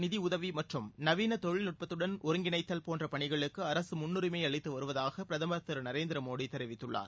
நிதியுதவி மற்றும் நவீன தொழில்நுட்பத்துடன் ஒருங்கிணைத்தல் போன்ற பணிகளுக்கு அரக முன்னுரிமை அளித்து வருவதாக பிரதமர் திரு நரேந்திர மோடி தெரிவித்துள்ளார்